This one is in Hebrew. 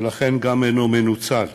ולכן גם אינו מנוצל.